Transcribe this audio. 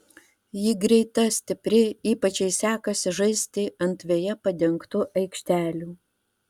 ji greita stipri ypač jai sekasi žaisti ant veja padengtų aikštelių